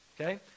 okay